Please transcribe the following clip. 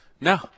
No